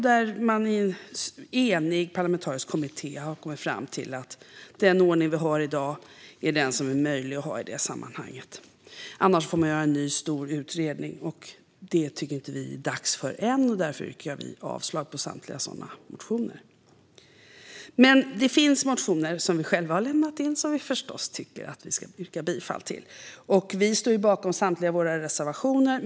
Man har i en enig parlamentarisk kommitté kommit fram till att den ordning som vi har i dag är den som är möjlig att ha i sammanhanget. Annars får man göra en ny stor utredning. Det tycker inte vi att det är dags för än. Därför yrkar jag avslag på samtliga sådana motioner. Men det finns motioner som vi själva har lämnat in som vi förstås tycker att vi ska yrka bifall till. Vi står bakom samtliga våra reservationer.